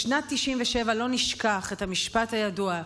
בשנת 1997, לא נשכח את המשפט הידוע: